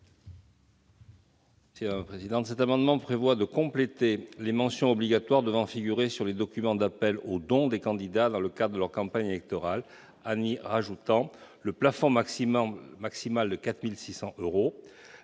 Jean-Pierre Grand. Cet amendement vise à compléter les mentions obligatoires devant figurer sur les documents d'appel aux dons des candidats dans le cadre de leur campagne électorale, en y ajoutant le plafond maximal de 4 600 euros,